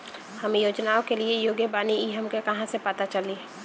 हम योजनाओ के लिए योग्य बानी ई हमके कहाँसे पता चली?